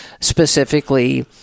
specifically